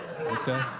Okay